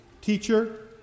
Teacher